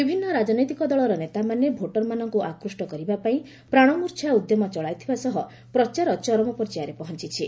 ବିଭିନ୍ନ ରାଜନୈତିକ ଦଳର ନେତାମାନେ ଭୋଟରମାନଙ୍କୁ ଆକୃଷ୍ଟ କରିବା ପାଇଁ ପ୍ରାଣମୂର୍ଚ୍ଛା ଉଦ୍ୟମ ଚଳାଇଥିବା ସହ ପ୍ରଚାର ଚରମ ପର୍ଯ୍ୟାୟରେ ପହଞ୍ଚିଛି